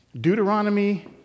Deuteronomy